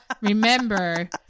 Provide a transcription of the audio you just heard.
remember